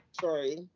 Sorry